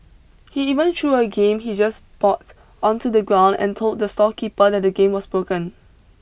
he even threw a game he just bought onto the ground and told the storekeeper that the game was broken